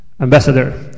Ambassador